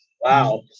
wow